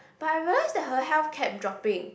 but I realised that her health kept dropping